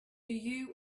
you